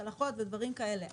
צלחות ודברים כאלה.